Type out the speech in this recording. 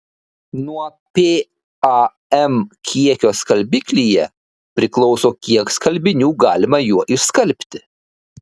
nuo pam kiekio skalbiklyje priklauso kiek skalbinių galima juo išskalbti